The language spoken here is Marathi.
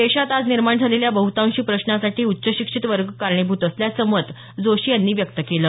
देशात आज निर्माण झालेल्या बहृतांशी प्रश्नांसाठी उच्च शिक्षीत वर्ग कारणीभूत असल्याचं मत जोशी यांनी व्यक्त केलं